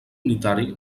unitari